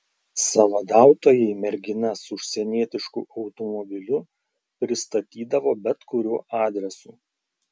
sąvadautojai merginas užsienietišku automobiliu pristatydavo bet kuriuo adresu